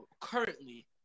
currently